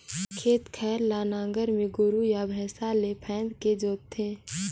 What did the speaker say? खेत खार ल नांगर में गोरू या भइसा ले फांदके जोत थे